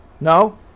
No